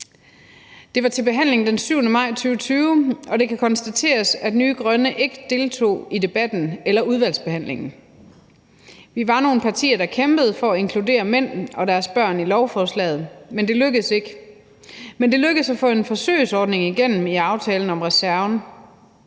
Det var til behandling den 7. maj 2020, og det kan konstateres, at Frie Grønne ikke deltog i debatten eller i udvalgsbehandlingen. Vi var nogle partier, der kæmpede for at inkludere mænd og deres børn i lovforslaget, men det lykkedes ikke. Men det lykkedes at få en forsøgsordning igennem i aftalen om reserven.